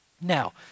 Now